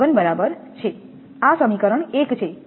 1𝑉1 બરાબર છે આ સમીકરણ 1 છે